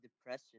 depression